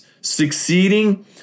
succeeding